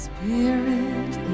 Spirit